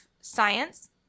science